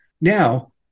now